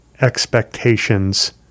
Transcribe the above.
expectations